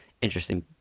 interesting